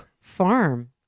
farm